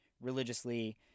religiously